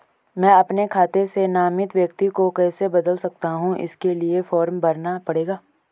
मैं अपने खाते से नामित व्यक्ति को कैसे बदल सकता हूँ इसके लिए फॉर्म भरना पड़ेगा?